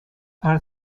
are